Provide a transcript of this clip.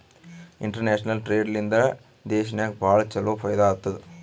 international trade ಲಿಂದಾ ದೇಶನಾಗ್ ಭಾಳ ಛಲೋ ಫೈದಾ ಆತ್ತುದ್